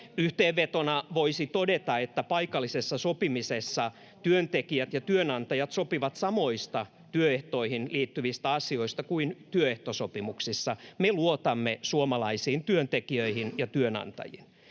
Yhteenvetona voisi todeta, että paikallisessa sopimisessa työntekijät ja työnantajat sopivat samoista työehtoihin liittyvistä asioista kuin työehtosopimuksissa. Me luotamme suomalaisiin työntekijöihin ja työnantajiin.